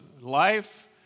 life